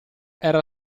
era